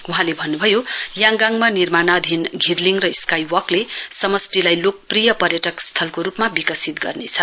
वहाँले भन्न् भयो याङगाङमा निर्माणाधीन घिर्लिङ र स्काईवकले समष्टिलाई लोकप्रिय पर्यटन स्थलको रूपमा विकसित गर्नेछ